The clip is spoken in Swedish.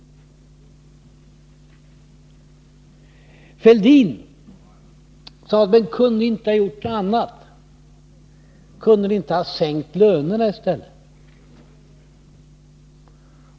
Thorbjörn Fälldin sade: Kunde ni inte ha gjort någonting annat? Kunde ni inte ha sänkt lönerna i stället?